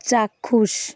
চাক্ষুষ